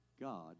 God